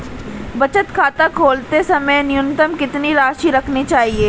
बचत खाता खोलते समय न्यूनतम कितनी राशि रखनी चाहिए?